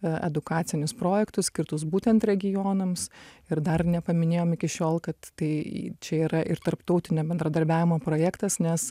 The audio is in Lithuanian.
edukacinius projektus skirtus būtent regionams ir dar nepaminėjom iki šiol kad tai čia yra ir tarptautinio bendradarbiavimo projektas nes